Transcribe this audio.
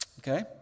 Okay